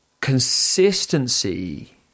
consistency